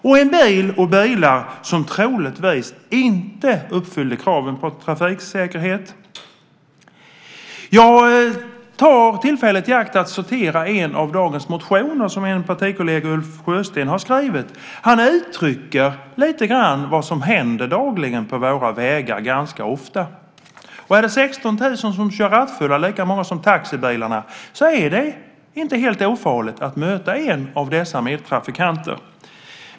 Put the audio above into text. Och dessa bilar uppfyllde troligtvis inte kraven på trafiksäkerhet. Jag tar tillfället i akt att citera en av dagens motioner som en partikollega, Ulf Sjösten, har skrivit. Han uttrycker lite grann vad som händer dagligen på våra vägar. Om det är 16 000 som kör rattfulla, lika många som taxibilarna, är det inte helt ofarligt att möta en av dessa medtrafikanter.